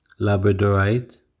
labradorite